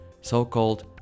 So-called